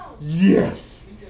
Yes